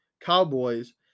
Cowboys